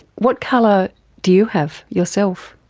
what colour do you have, yourself?